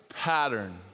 pattern